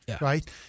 Right